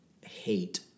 hate